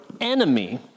enemy